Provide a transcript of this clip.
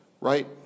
Right